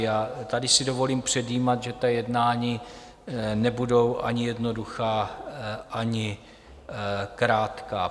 A tady si dovolím předjímat, že ta jednání nebudou ani jednoduchá ani krátká.